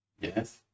Yes